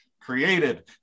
created